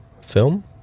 film